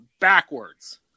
backwards